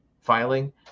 filing